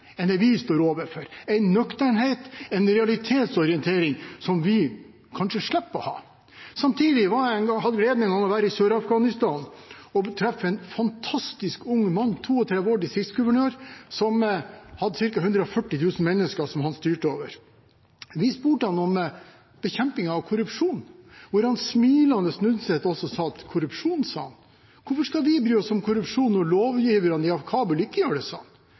en annen holdning til livet enn det vi står overfor – en nøkternhet, en realitetsorientering, som vi kanskje slipper å ha. Samtidig hadde jeg en gang gleden av å være i Sør-Afghanistan og treffe en fantastisk, ung mann – 32 år, distriktsguvernør, som styrte over ca. 140 000 mennesker. Vi spurte ham om bekjempelsen av korrupsjon, hvorpå han smilende snudde seg til oss og sa: Korrupsjon, hvorfor skal vi bry oss om korrupsjon når lovgiverne i Kabul ikke gjør det?